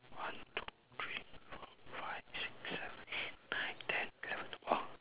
one two three four five six seven eight nine ten eleven twelve